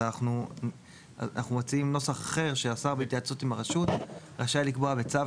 אז אנחנו מוציאים נוסח אחר ש"השר בהתייעצות עם הרשות רשאי לקבוע בצו,